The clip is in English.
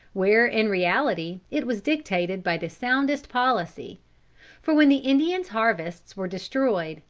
where in reality it was dictated by the soundest policy for when the indians' harvests were destroyed,